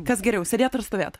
kas geriau sėdėt ar stovėt